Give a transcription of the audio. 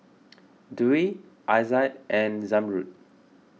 Dwi Aizat and Zamrud